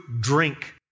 drink